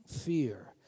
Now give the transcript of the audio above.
fear